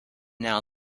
now